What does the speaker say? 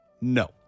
No